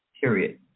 Period